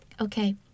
Okay